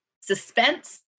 suspense